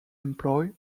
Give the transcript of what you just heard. employ